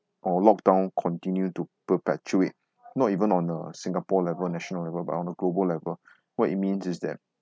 or lock down continue to perpetuate not even on a singapore level national level but on a global level what it means is that